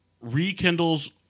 rekindles